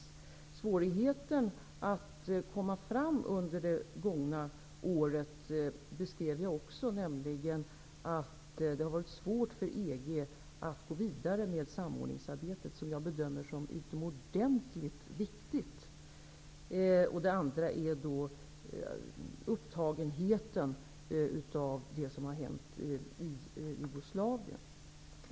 Jag beskrev också svårigheten att komma fram under det gångna året. Det har varit svårt för EG att gå vidare med samordningsarbetet, som jag bedömer som utomordentligt viktigt. Vidare har man varit väldigt upptagen av det som har hänt i Jugoslavien.